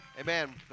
Amen